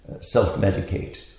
self-medicate